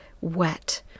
wet